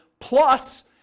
plus